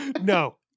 No